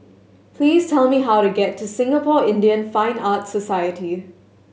please tell me how to get to Singapore Indian Fine Arts Society